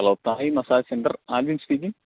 hello Thai massage centre Alvin speaking